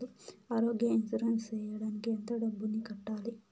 ఆరోగ్య ఇన్సూరెన్సు సేయడానికి ఎంత డబ్బుని కట్టాలి?